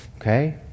okay